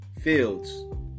fields